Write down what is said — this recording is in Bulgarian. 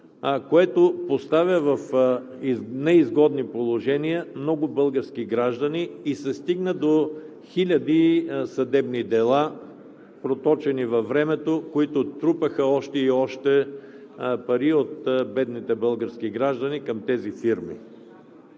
което поставя в неизгодни положения много български граждани и се стигна до хиляди съдебни дела – проточени във времето, които трупаха още и още пари от бедните български граждани към тези фирми.